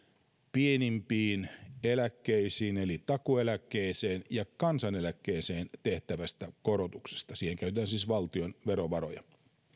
pienimpiin eläkkeisiin eli takuueläkkeeseen ja kansaneläkkeeseen tehtävästä korotuksesta siihen käytetään siis valtion verovaroja